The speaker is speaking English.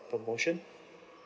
promotion